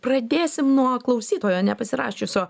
pradėsim nuo klausytojo nepasirašiusio